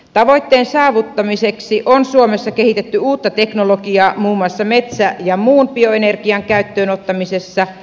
tavoitteen saavuttamiseksi on suomessa kehitetty uutta teknologiaa muun muassa metsä ja muun bioenergian käyttöönottamisessa